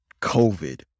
COVID